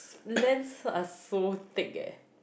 lenses are so thick eh